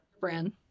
brand